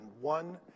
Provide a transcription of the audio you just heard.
one